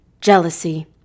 Jealousy